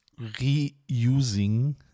Reusing